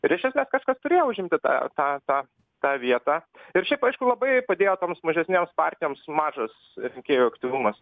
ir iš esmės kažkas turėjo užimti tą tą tą tą vietą ir šiaip aišku labai padėjo toms mažesnėms partijoms mažas rinkėjų aktyvumas